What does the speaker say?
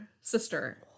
sister